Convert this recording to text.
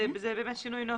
זה שינוי נוסח.